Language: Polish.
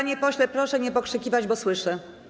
Panie pośle, proszę nie pokrzykiwać, bo słyszę.